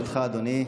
אדוני,